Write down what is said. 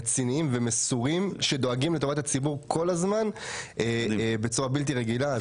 רציניים ומסורים שדואגים לטובת הציבור כל הזמן בצורה בלתי רגילה.